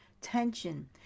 tension